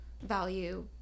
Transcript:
value